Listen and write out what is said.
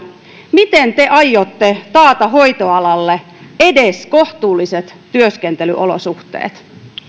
miten te aiotte taata hoitoalalle edes kohtuulliset työskentelyolosuhteet